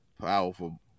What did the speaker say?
powerful